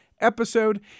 episode